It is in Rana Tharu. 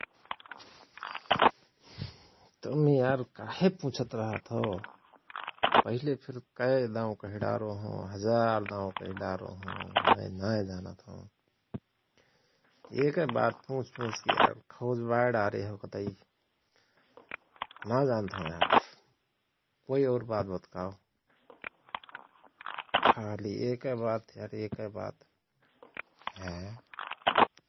तुमयार काहे पुछत रहत हओ? पहिले फिर कय दाओं कहिडारो हओं हजार दाओं कहिडारो हओं मय ना जानत हओं । एकय बात पुछ पुछ के यार खौजबायडारे हओ कतै । ना जान्त हओं यार कोई और बात बत्काओ । खाली एक बात यार एकय बात ह्य ।